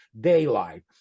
daylight